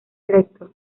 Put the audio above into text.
recto